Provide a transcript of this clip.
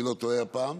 אני לא טועה הפעם?